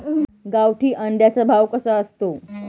गावठी अंड्याचा भाव कसा असतो?